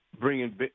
bringing